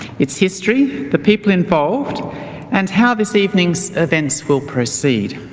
its history, the people involved and how this evenings events will proceed.